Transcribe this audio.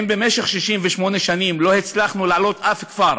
אם במשך 68 שנים לא הצלחנו להעלות שום כפר